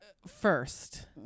First